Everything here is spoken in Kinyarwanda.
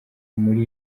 muri